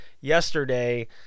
yesterday